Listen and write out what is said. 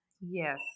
Yes